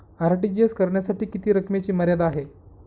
RTGS करण्यासाठी किती रकमेची मर्यादा आहे?